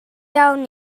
iawn